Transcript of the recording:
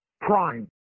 Prime